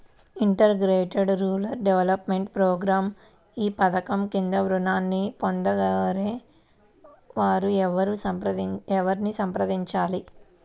Integrated rural development programme ఈ పధకం క్రింద ఋణాన్ని పొందగోరే వారు ఎవరిని సంప్రదించాలి?